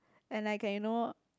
and like you know